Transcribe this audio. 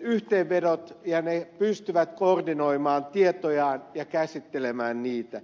yhteenvedot ja ne pystyvät koordinoimaan tietojaan ja käsittelemään niitä